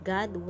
God